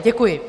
Děkuji.